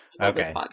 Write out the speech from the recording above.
okay